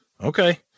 okay